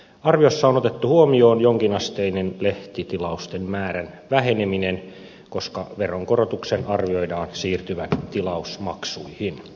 arviossa on otettu huomioon jonkinasteinen lehtitilausten määrän väheneminen koska veronkorotuksen arvioidaan siirtyvän tilausmaksuihin